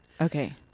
Okay